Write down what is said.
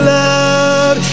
love